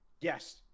Yes